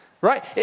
Right